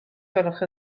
gwelwch